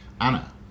Anna